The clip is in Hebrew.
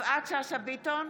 יפעת שאשא ביטון,